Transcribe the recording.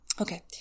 Okay